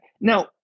Now